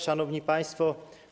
Szanowni Państwo!